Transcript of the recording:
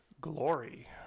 glory